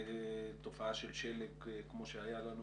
לתופעה של שלג כמו שהיה לנו